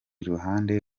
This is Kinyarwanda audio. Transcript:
ruhande